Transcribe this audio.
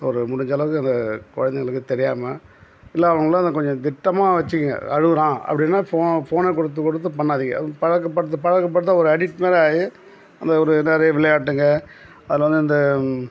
இப்போ ஒரு முடிஞ்சளவுக்கு அதை குழந்தைங்களுக்குத் தெரியாமல் இல்லை அவங்கள அந்த கொஞ்சம் திட்டமாக வச்சுக்கிங்க அழுகுறான் அப்படின்னா ஃபோ ஃபோனை கொடுத்து கொடுத்து பண்ணாதீங்க அது பழக்கப்படுத்த பழக்கப்படுத்த ஒரு அடிட் மாதிரி ஆகி அந்த ஒரு நிறைய விளையாட்டுங்க அதனால் இந்த